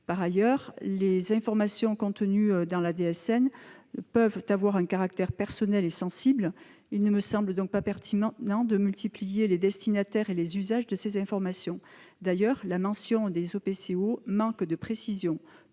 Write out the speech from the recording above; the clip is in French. En outre, les informations contenues dans la DSN peuvent avoir un caractère personnel et sensible. Il ne me semble donc pas pertinent de multiplier les destinataires et les usages de ces informations. D'ailleurs, la mention des OPCO manque de précision.